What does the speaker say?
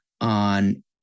on